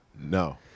No